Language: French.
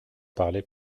parlez